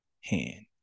hand